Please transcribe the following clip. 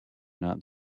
not